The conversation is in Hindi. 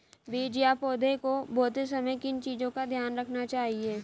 बीज या पौधे को बोते समय किन चीज़ों का ध्यान रखना चाहिए?